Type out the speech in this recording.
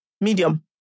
Medium